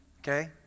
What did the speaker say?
okay